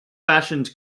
fashioned